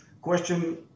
question